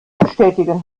bestätigen